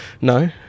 No